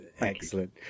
Excellent